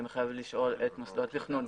זה מחייב לשאול את מוסדות התכנון,